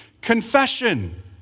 confession